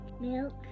milk